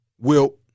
Wilt